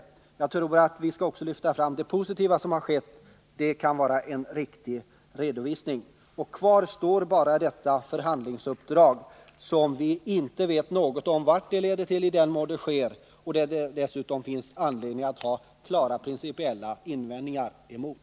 Jag tycker att vi för att få en riktig redovisning också bör lyfta fram det positiva som har skett. Kvar står bara detta förhandlingsuppdrag, vars konsekvenser vi inte vet något om — i den mån det leder till någonting — och som det dessutom finns anledning att ha klara principiella invändningar emot.